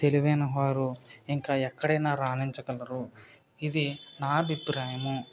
తెలివైన వారు ఇంకా ఎక్కడైనా రాణించగలరు ఇది నా అభిప్రాయము